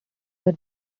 were